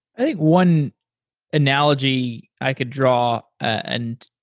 i think one analogy i could draw, and